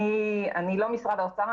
אני לא ממשרד האוצר,